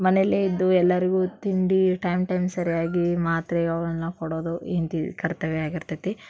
ಮನೆಯಲ್ಲೆ ಇದ್ದು ಎಲ್ಲರಿಗೂ ತಿಂಡಿ ಟೈಮ್ ಟೈಮ್ ಸರಿಯಾಗಿ ಮಾತ್ರೆ ಅವುಗಳನ್ನ ಕೊಡೋದು ಹೆಂಡ್ತಿ ಕರ್ತವ್ಯ ಆಗಿರ್ತೈತಿ